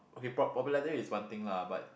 okay pop~ popularity is one thing lah but